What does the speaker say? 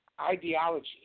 ideology